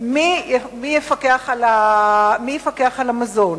מי יפקח על המזון.